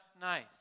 nice